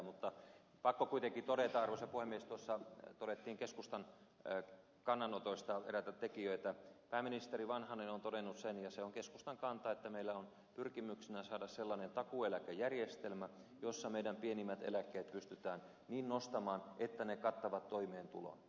mutta pakko on kuitenkin todeta arvoisa puhemies kun tuossa todettiin keskustan kannanotoista eräitä tekijöitä että pääministeri vanhanen on todennut sen ja se on keskustan kanta että meillä on pyrkimyksenä saada sellainen takuueläkejärjestelmä jossa meidän pienimmät eläkkeemme pystytään niin nostamaan että ne kattavat toimeentulon